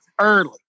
early